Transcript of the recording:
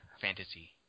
fantasy